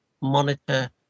monitor